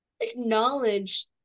acknowledge